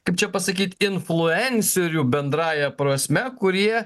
kaip čia pasakyt influencerių bendrąja prasme kurie